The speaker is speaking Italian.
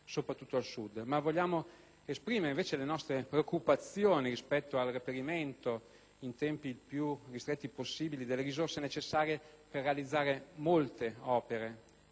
soprattutto al Sud. Vogliamo esprimere, invece, le nostre preoccupazioni rispetto al reperimento in tempi più ristretti possibile delle risorse necessarie per realizzare molte opere